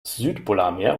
südpolarmeer